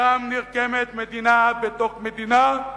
שם נרקמת מדינה בתוך מדינה.